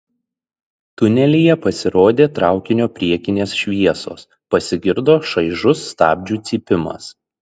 tunelyje pasirodė traukinio priekinės šviesos pasigirdo šaižus stabdžių cypimas